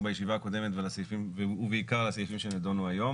בישיבה הקודמת ובעיקר לסעיפים שנדונו היום.